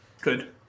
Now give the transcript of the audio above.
good